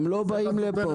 הם לא באים לפה.